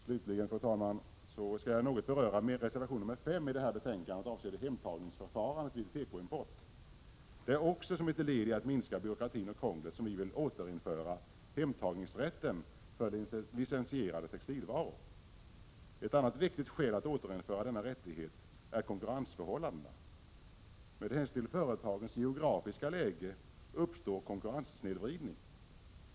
Slutligen, fru talman, skall jag något beröra reservation 5 i detta betänkande, avseende hemtagningsförfarandet vid tekoimport. Som ett led i strävan att minska byråkratin och krånglet vill vi återinföra hemtagningsrätten för licensierade textilvaror. Ett annat viktigt skäl för att återinföra denna rättighet är konkurrensförhållandena. Med hänsyn till företagens geografiska läge uppstår konkurrenssnedvridning.